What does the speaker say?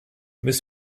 müssen